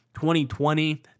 2020